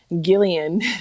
gillian